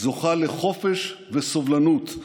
זוכה לחופש וסובלנות.